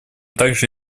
также